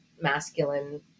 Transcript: masculine